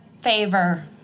favor